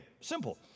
Simple